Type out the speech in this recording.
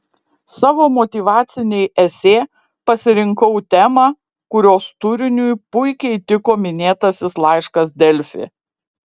savo motyvacinei esė pasirinkau temą kurios turiniui puikiai tiko minėtasis laiškas delfi